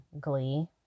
glee